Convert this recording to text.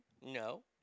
No